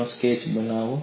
તેનો સ્કેચ બનાવો